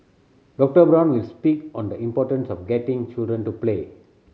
Doctor Brown will speak on the importance of getting children to play